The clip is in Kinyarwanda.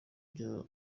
ibyaha